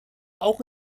auch